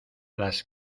las